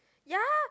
ya